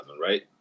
right